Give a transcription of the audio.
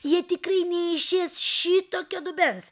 jie tikrai neišės šitokio dubens